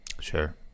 sure